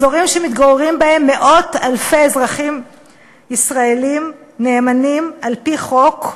אזורים שמתגוררים בהם מאות-אלפי אזרחים ישראלים נאמנים על-פי חוק,